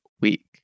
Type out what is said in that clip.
week